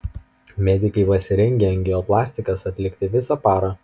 medikai pasirengę angioplastikas atlikti visą parą